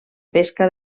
pesca